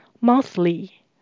Monthly